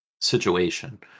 situation